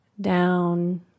down